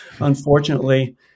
unfortunately